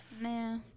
Nah